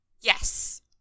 yes